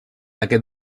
aquest